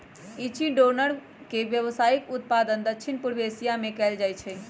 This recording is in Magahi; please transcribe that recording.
इचिनोडर्म के व्यावसायिक उत्पादन दक्षिण पूर्व एशिया में कएल जाइ छइ